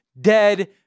dead